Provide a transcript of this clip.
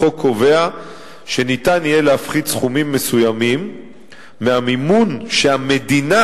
החוק קובע שניתן יהיה להפחית סכומים מסוימים מהמימון שהמדינה